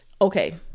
Okay